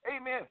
amen